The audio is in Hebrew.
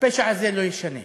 הפשע הזה לא יישנה.